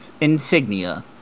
insignia